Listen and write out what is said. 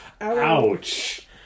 Ouch